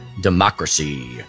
democracy